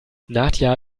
nadja